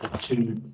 two